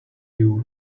you